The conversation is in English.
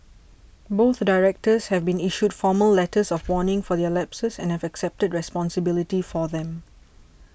both Directors have been issued formal letters of warning for their lapses and have accepted responsibility for them